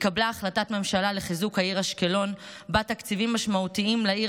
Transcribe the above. התקבלה החלטת ממשלה לחיזוק העיר אשקלון ובה תקציבים משמעותיים לעיר